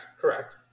Correct